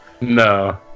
No